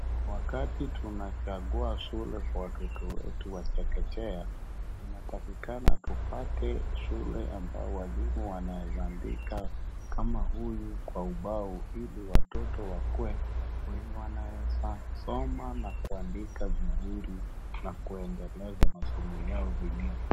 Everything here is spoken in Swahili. Wakati tunachangua kwa watoto wetu wa chekechea. Inapatikana tupate shule ambayo walimu wanaweza andika kama huyu kwa ubao ili watoto wakuwe wenye wanaweza soma na kuandika vizuri na kuendeleza masomo yao vilivyo.